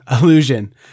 Illusion